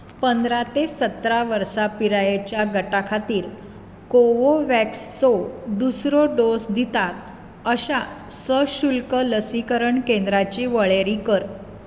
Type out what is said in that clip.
पंदरा ते सतरा वर्सा पिरायेच्या गटा खातीर कोवो वॅक्सो दुसरो डोस दितात अशा सशुल्क लसीकरण केंद्रांची वळेरी कर